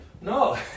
No